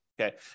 okay